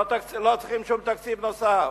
לא צריכים שום תקציב נוסף.